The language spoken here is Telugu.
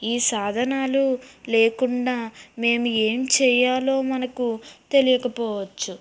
ఈ సాధనాలు లేకుండా మేము ఏం చేయాలో మనకు తెలియకపోవచ్చు